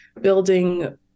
building